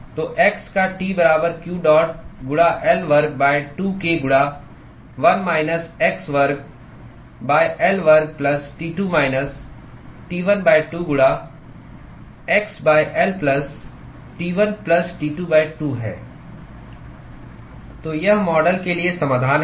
तो x का T बराबर q डॉट गुणा L वर्ग 2 k गुणा 1 माइनस x वर्ग L वर्ग प्लस T2 माइनस T1 2 गुणा x L plus T1 plus T2 2 है तो यह मॉडल के लिए समाधान है